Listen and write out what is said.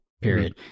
Period